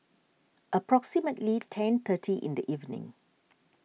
approximately ten thirty in the evening